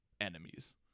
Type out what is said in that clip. enemies